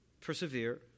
persevere